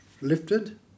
lifted